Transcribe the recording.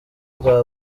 bwa